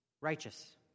righteous